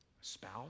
spouse